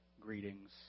greetings